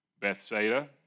Bethsaida